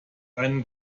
einen